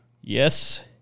Yes